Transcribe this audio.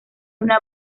una